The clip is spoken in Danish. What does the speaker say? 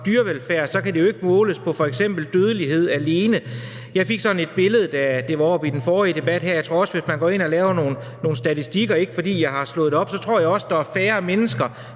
dyrevelfærd, kan det jo ikke måles på f.eks. dødelighed alene. Jeg fik sådan et billede, da det var oppe her i den forrige debat. Jeg tror også, at hvis man går ind og laver nogle statistikker – ikke fordi jeg har slået det op – vil man se, at der er færre mennesker,